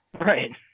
Right